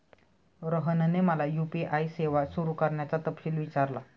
रोहनने मला यू.पी.आय सेवा सुरू करण्याचा तपशील विचारला